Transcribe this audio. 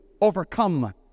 overcome